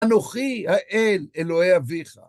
אנוכי האל, אלוהי אביך.